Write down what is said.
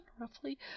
roughly